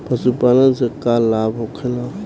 पशुपालन से का लाभ होखेला?